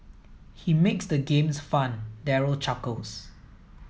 he makes the games fun Daryl chuckles